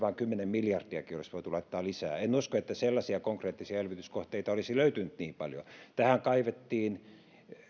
vain kymmenen miljardiakin olisi voitu laittaa lisää en usko että sellaisia konkreettisia elvytyskohteita olisi löytynyt niin paljoa tähän kaivettiin